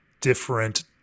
different